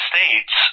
States